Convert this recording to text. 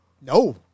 No